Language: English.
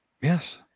Yes